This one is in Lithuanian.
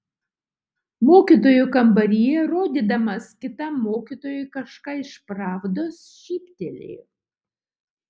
mokytojų kambaryje rodydamas kitam mokytojui kažką iš pravdos šyptelėjo